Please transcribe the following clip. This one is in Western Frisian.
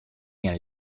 gean